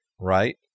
right